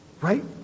right